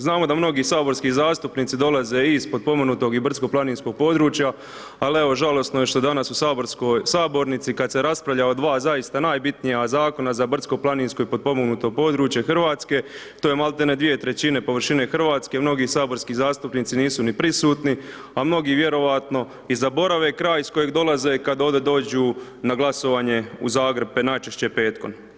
Znamo da mnogi saborski zastupnici dolaze iz potpomognutog i brdsko-planinskog područja, ali evo, žalosno je što danas u sabornici kad se raspravlja o dva zaista najbitnija zakona za brdsko-planinsko i potpomognuto područje Hrvatske, to je maltene dvije trećine površine Hrvatske, mnogi saborski zastupnici nisu ni prisutni, a mnogi vjerojatno i zaborave kraj iz kojeg dolaze kad ovdje dođu na glasovanje u Zagreb, to je najčešće petkom.